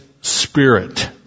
spirit